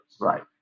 Right